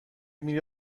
میری